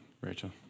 Rachel